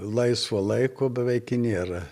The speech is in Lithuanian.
laisvo laiko beveik i nėra